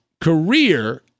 career